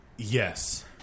Yes